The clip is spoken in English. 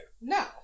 no